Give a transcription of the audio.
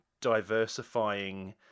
diversifying